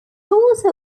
also